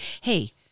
hey